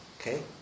Okay